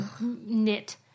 knit